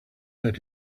that